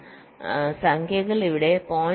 ഈ സംഖ്യകൾ ഇവിടെ 0